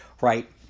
right